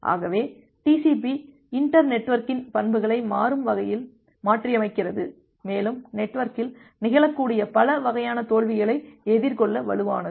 ஆகவே டிசிபி இன்டர் நெட்வொர்க்கின் பண்புகளை மாறும் வகையில் மாற்றியமைக்கிறது மேலும் நெட்வொர்க்கில் நிகழக்கூடிய பல வகையான தோல்விகளை எதிர்கொள்ள வலுவானது